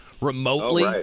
remotely